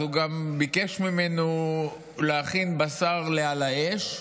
אז הוא גם ביקש ממנו להכין בשר לעל האש,